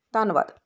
ਧੰਨਵਾਦ